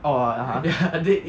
orh ya (uh huh)